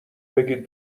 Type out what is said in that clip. بگید